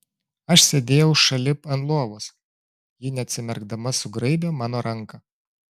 aš sėdėjau šalip ant lovos ji neatsimerkdama sugraibė mano ranką